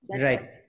Right